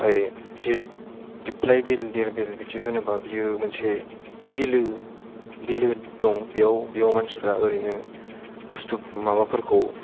ओमफाय जे दिबफलाय बिल दिरबिल बिदि होनोब्ला बियो मोनसे बिलो बिलो दं बियाव बियाव मानसिफ्रा ओरैनो बुस्थुफोर माबाफोरखौ